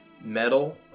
metal